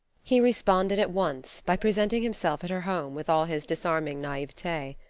he responded at once by presenting himself at her home with all his disarming naivete.